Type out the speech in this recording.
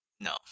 No